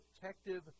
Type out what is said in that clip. protective